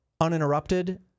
uninterrupted